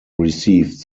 received